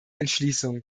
entschließung